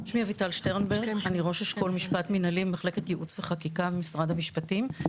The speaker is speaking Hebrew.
אני ראש אשכול משפט מנהלי מחלקת ייעוץ וחקיקה במשרד המשפטים.